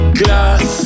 glass